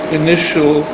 initial